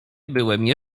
byłem